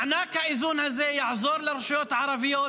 מענק האיזון הזה יעזור לרשויות הערביות